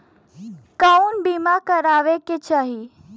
कउन बीमा करावें के चाही?